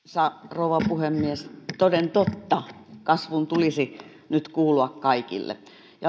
rouva puhemies toden totta kasvun tulisi nyt kuulua kaikille